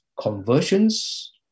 conversions